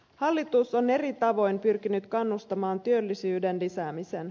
hallitus on eri tavoin pyrkinyt kannustamaan työllisyyden lisäämiseen